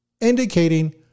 indicating